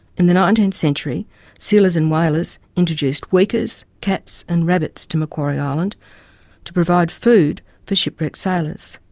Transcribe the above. in the nineteenth century sealers and whalers introduced weikas, cats and rabbits to macquarie island to provide food for shipwrecked sailors.